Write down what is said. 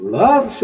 love